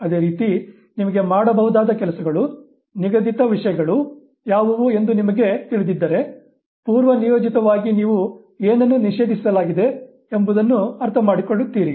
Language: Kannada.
ಅದೇ ರೀತಿ ನಿಮಗೆ ಮಾಡಬಹುದಾದ ಕೆಲಸಗಳು ನಿಗದಿತ ವಿಷಯಗಳು ಯಾವುವು ಎಂದು ನಿಮಗೆ ತಿಳಿದಿದ್ದರೆ ಪೂರ್ವನಿಯೋಜಿತವಾಗಿ ನೀವು ಏನನ್ನು ನಿಷೇಧಿಸಲಾಗಿದೆ ಎಂಬುದನ್ನು ಅರ್ಥಮಾಡಿಕೊಳ್ಳುತ್ತೀರಿ